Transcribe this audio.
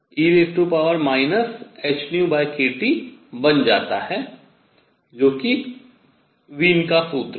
और u 8πh3c3e hνkT बन जाता है जो कि वीन का सूत्र है